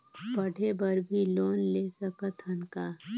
पढ़े बर भी लोन ले सकत हन का?